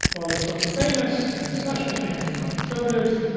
while this book is famous, and especially famous among conservatives,